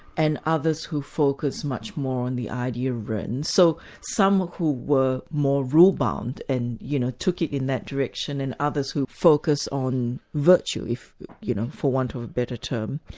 and others who focused much more on the idea of rens. so some who were more rule-bound and you know took it in that direction and others who focus on virtue you know for want of a better term,